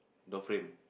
door frame